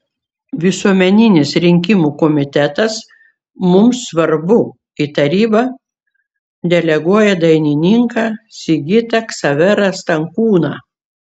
visuomeninis rinkimų komitetas mums svarbu į tarybą deleguoja dainininką sigitą ksaverą stankūną